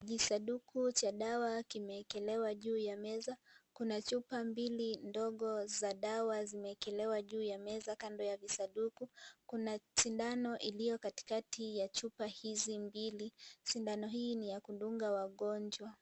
Jisanduku cha dawa kimeekelewa juu ya meza, kuna chupa mbili ndogo za dawa zimeekelewa juu ya meza kando ya visanduku, kuna sindano iliyo katikati ya chupa hizi mbili, sindano hii ni ya kudunga wagonjwa.